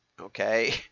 okay